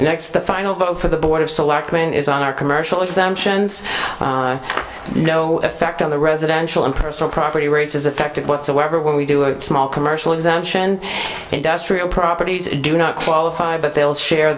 next the final vote for the board of selectmen is on our commercial exemptions no effect on the residential and personal property rates is affected whatsoever when we do a small commercial exemption industrial properties do not qualify but they'll share